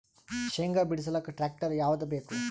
ಶೇಂಗಾ ಬಿಡಸಲಕ್ಕ ಟ್ಟ್ರ್ಯಾಕ್ಟರ್ ಯಾವದ ಬೇಕು?